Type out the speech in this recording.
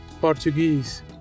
Portuguese